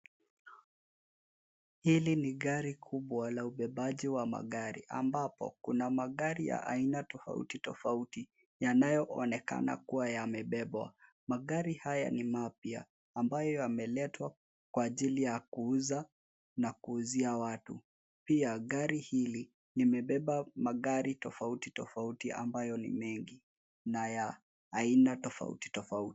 Hili ni gari kubwa la ubebaji wa magari amabapo kuna magari ya aina tofauti tofauti yanayoonekana kuwa yamebebwa. Magari haya ni mapya amabayo yameletwa kwa ajili ya kuuza na kuuzia watu. Pia gari hili limebeba magari tofauti tofauti ambayo ni mengi na ya aina tofauti tofauti.